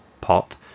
pot